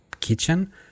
kitchen